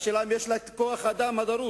השאלה היא אם יש לה את כוח-האדם הדרוש,